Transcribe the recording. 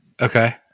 Okay